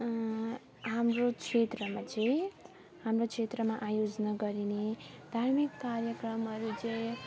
हाम्रो क्षेत्रमा चाहिँ हाम्रो क्षेत्रमा आयोजना गरिने धार्मिक कार्यक्रमहरू चाहिँ